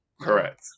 Correct